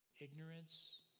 ignorance